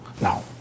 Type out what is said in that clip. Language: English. Now